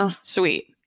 Sweet